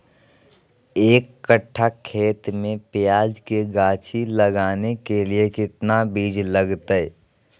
एक कट्ठा खेत में प्याज के गाछी लगाना के लिए कितना बिज लगतय?